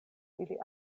ili